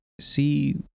see